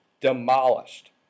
demolished